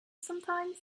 sometimes